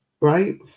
right